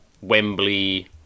Wembley